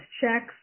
checks